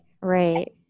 right